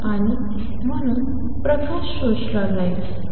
आणि म्हणून प्रकाश शोषला जाईल